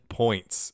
points